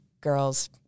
girls